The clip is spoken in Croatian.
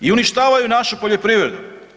I uništavaju našu poljoprivredu.